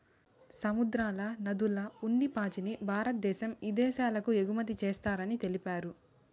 సముద్రాల, నదుల్ల ఉన్ని పాచిని భారద్దేశం ఇదేశాలకు ఎగుమతి చేస్తారని తెలిపారు